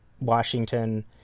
Washington